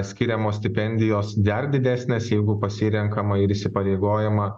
skiriamos stipendijos dar didesnės jeigu pasirenkama ir įsipareigojama